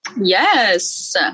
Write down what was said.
Yes